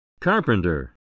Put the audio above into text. Carpenter